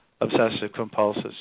obsessive-compulsive